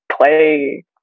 play